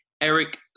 Eric